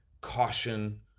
caution